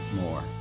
more